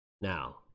Now